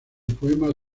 poema